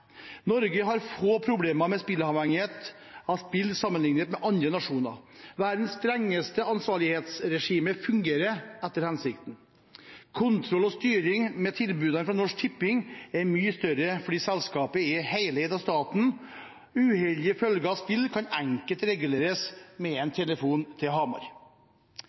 Norge har få problemer med spilleavhengighet sammenlignet med andre nasjoner. Verdens strengeste ansvarlighetsregime fungerer etter hensikten. Kontroll og styring med tilbudene fra Norsk Tipping er mye større fordi selskapet er heleid av staten. Uheldige følger av spill kan enkelt reguleres med «en telefon til Hamar».